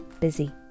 busy